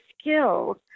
skills